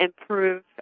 improve